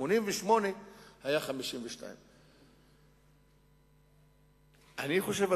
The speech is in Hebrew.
ב-1988 היה 52. אני חושב,